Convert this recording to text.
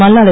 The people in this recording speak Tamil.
மல்லாடி